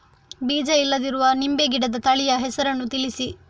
ಬೀಜ ಇಲ್ಲದಿರುವ ನಿಂಬೆ ಗಿಡದ ತಳಿಯ ಹೆಸರನ್ನು ತಿಳಿಸಿ?